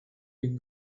ich